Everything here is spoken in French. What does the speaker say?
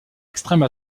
extrême